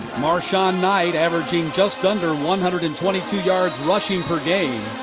marson-knight, averaging just under one hundred and twenty two yards rushing per game.